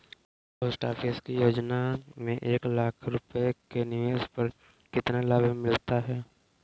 Post office की योजना में एक लाख रूपए के निवेश पर कितना लाभ मिलता है?